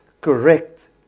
correct